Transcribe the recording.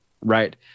right